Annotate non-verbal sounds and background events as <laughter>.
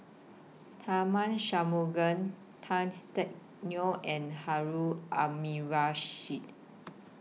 Tharman <unintelligible> Tan Teck Neo and Harun Aminurrashid